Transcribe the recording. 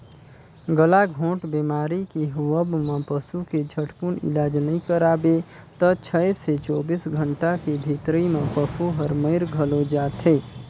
गलाघोंट बेमारी के होवब म पसू के झटकुन इलाज नई कराबे त छै से चौबीस घंटा के भीतरी में पसु हर मइर घलो जाथे